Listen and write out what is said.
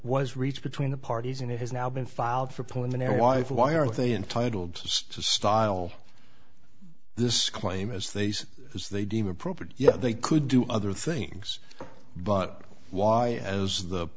was reached between the parties and it has now been filed for point in their life why aren't they entitled to style this claim as they say as they deem appropriate yes they could do other things but why as the